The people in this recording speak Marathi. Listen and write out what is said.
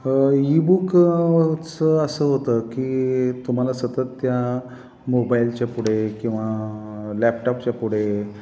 ईबुक चं असं होतं की तुम्हाला सतत त्या मोबाईलच्या पुढे किंवा लॅपटॉपच्या पुढे